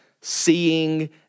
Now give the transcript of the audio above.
seeing